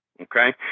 Okay